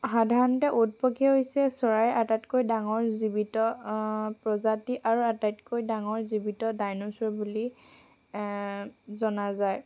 সাধাৰণতে উট পক্ষী হৈছে চৰাইৰ আটাইতকৈ ডাঙৰ জীৱিত প্ৰজাতি আৰু আটাইতকৈ ডাঙৰ জীৱিত ডাইনচৰ বুলি জনা যায়